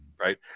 right